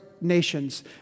nations